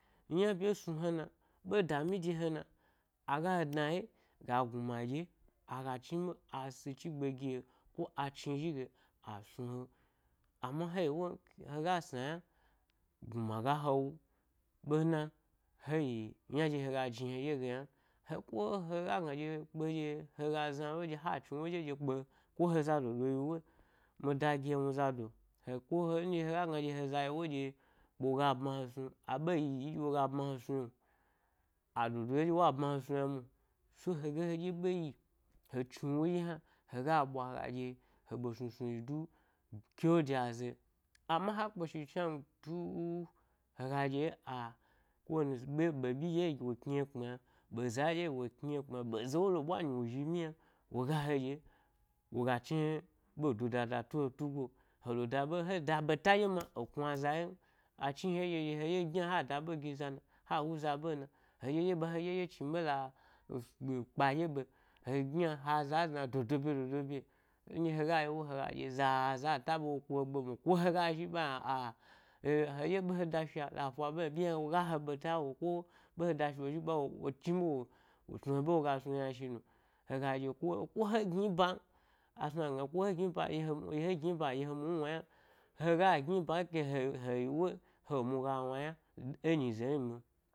Yna bye snu he na, ɓe dami de he na? Aga he dna he ga gna ɗye aga chniɓe a si chigbe gi he, ko a chi zhi ge a snu he ama he yi wo, hega dna’ yna gnuma ga he wu ɓe na hegi tna nɗye hega jni he ɗye ge tnan he, ko he ga gna ɗye kpe ɗye hega zna lo ɗye ha chni wo dyen, ɗye kpe ko heza dodo yi’ wo, e mi dagi he mi zado he ko nɗye hega gna dye kpe woga bma he snu abe yi yi ɗye woga bma he snu no, a dodo yow a bma he snu yna mwo se-hega he ɗye be yi he chni wo ɗye hna hega ɓwwa hega ɗye he be sni snu yi du kyo de azae-anna ha kpeshi chna ntu-hega ɗye yi gi wo kni he kpmi yna, be za wo be za wo ɗye yi wo kni he kpmi yna ɓe za nɗye wo lo eɓwa nyi wo zhi myi yna woga he ɗye woga chni-ɓedo dada tu he tugo. Hele da ɓe ha daɓeta ɗye ma e knu aza yen achni he ye ɗye ɗye he ɗye gyna ha da ɓe gi za na ha wu za ɓe na heɗye ɗye ba he ɗye ɗye chniɓe la ẻ kpa ɗye ɓe, he gyna, ha za zna dodo ɓye dodo ɓye nɗye hega yi’ woe za-za taɓa wo ku he gbe mno ko hega zhi ɓa yna a he, heɗye behe da sha la ta ɓe, ɓyi hna woga he beta wo ka, ɓe he da shi wo zhiɓa wo, wo chni be wo sna he ɓe woga snu yna shi no hega ɗye ko, ko he gni ban a snu agna ko he gni ban ɗye he mu wna ynan hega gni ban he, he yi wo e he nu ga wna yna enyi za ini be.